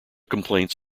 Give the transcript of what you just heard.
complaints